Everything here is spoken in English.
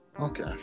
Okay